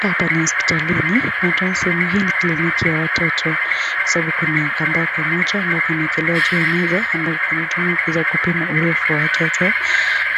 Hapa ni hospitalini. Tunaona sehemu hii ni kliniki ya watoto kwa sababu kuna kambao kamoja ambayo kimeelekezwa juu ya meza ambayo inatumiwa kuweza kupima urefu wa watoto.